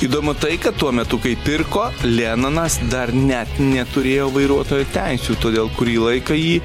įdomu tai kad tuo metu kai pirko lenonas dar net neturėjo vairuotojo teisių todėl kurį laiką jį